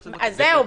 אז זהו,